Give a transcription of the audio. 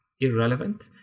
irrelevant